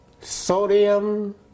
sodium